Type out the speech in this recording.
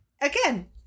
Again